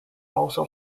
also